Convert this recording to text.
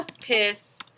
piss